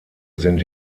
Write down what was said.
sind